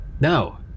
No